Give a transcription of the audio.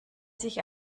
sich